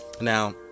Now